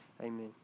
Amen